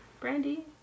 Brandy